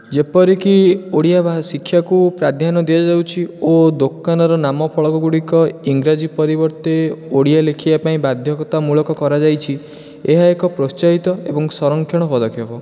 ଯେପରିକି ଓଡ଼ିଆ ଭାଷା ଶିକ୍ଷାକୁ ପ୍ରାଧାନ୍ୟ ଦିଆଯାଉଛି ଓ ଦୋକାନର ନାମ ଫଳକଗୁଡ଼ିକ ଇଂରାଜୀ ପରିବର୍ତ୍ତେ ଓଡ଼ିଆ ଲେଖିବା ପାଇଁ ବାଧ୍ୟତାମୂଳକ କରାଯାଇଛି ଏହା ଏକ ପ୍ରୋତ୍ସାହିତ ଏବଂ ସଂରକ୍ଷଣ ପଦେକ୍ଷପ